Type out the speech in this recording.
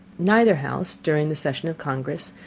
neither house, during the session of congress,